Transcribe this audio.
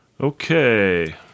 Okay